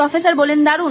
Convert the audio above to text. professor দারুণ